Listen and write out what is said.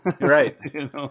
Right